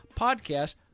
podcast